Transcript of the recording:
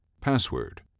Password